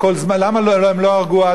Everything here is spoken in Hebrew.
למה הם לא הרגו עד היום?